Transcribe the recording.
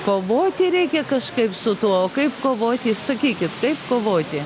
kovoti reikia kažkaip su tuo o kaip kovoti sakykit kaip kovoti